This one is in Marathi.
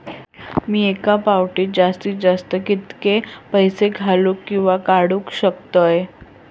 मी एका फाउटी जास्तीत जास्त कितके पैसे घालूक किवा काडूक शकतय?